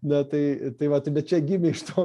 na tai tai vat bet čia gimė iš to